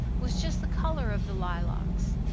was just the color of the lilacs.